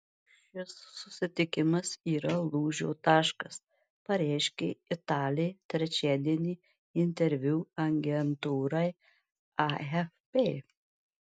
šis susitikimas yra lūžio taškas pareiškė italė trečiadienį interviu agentūrai afp